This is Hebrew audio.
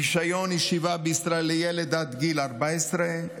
רישיון ישיבה בישראל לילד עד גיל 14,